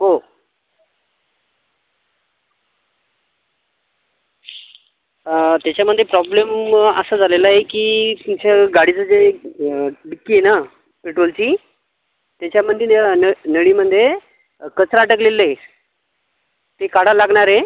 हो त्याच्यामध्ये प्रॉब्लेम असा झालेला आहे की तुमच्या गाडीचं जे डिक्की आहे ना पेट्रोलची त्याच्यामध्ये ना न नळीमध्ये कचरा अडकलेला आहे ते काढावा लागणार आहे